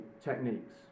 techniques